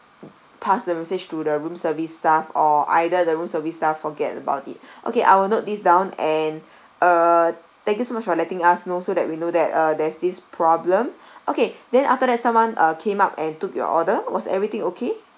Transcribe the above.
pass the message to the room service staff or either the room service staff forget about it okay I will note this down and uh thank you so much for letting us know so that we know that uh there's this problem okay then after that someone uh came up and took your order was everything okay